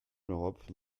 l’europe